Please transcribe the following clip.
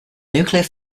nuclear